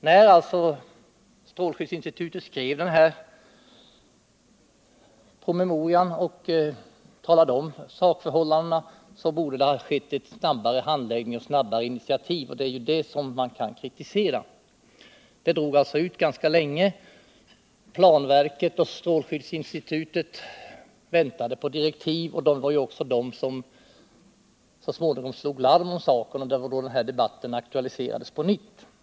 När alltså strålskyddsinstitutet skrev promemorian och talade om sakförhållandena borde det ha skett en snabbare handläggning, och initiativ borde ha tagits snabbare än fallet var. Det är det man kan kritisera. Det drog alltså ut ganska långt på tiden. Planverket och strålskyddsinstitutet väntade på direktiv. Det var också de som så småningom slog larm om saken, och det var då den här debatten aktualiserades på nytt.